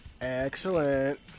Excellent